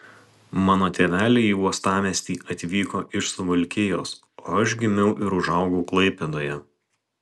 mano tėveliai į uostamiestį atvyko iš suvalkijos o aš gimiau ir užaugau klaipėdoje